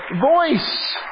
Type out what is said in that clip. voice